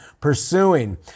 pursuing